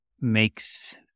makes